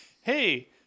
Hey